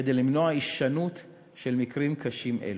כדי למנוע הישנות של מקרים קשים אלה.